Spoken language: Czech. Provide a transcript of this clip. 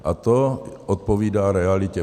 A to odpovídá realitě.